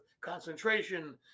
concentration